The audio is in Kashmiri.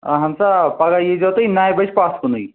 اَہن سا آ پگاہ ییٖزیو تُہۍ نَیہِ بَجہِ پَتھ کُنٕے